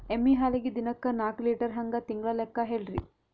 ಎಮ್ಮಿ ಹಾಲಿಗಿ ದಿನಕ್ಕ ನಾಕ ಲೀಟರ್ ಹಂಗ ತಿಂಗಳ ಲೆಕ್ಕ ಹೇಳ್ರಿ?